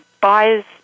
Buyers